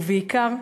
ובעיקר,